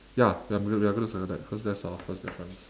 ya we are gonna we are gonna circle that because that's our first difference